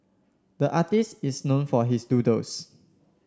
the artist is known for his doodles